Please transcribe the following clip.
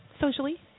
socially